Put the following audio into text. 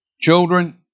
children